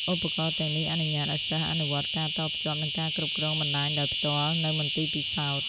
ឧបករណ៍ទាំងនេះអនុញ្ញាតឱ្យសិស្សអនុវត្តការតភ្ជាប់និងការគ្រប់គ្រងបណ្តាញដោយផ្ទាល់នៅមន្ទីរពិសោធន៍។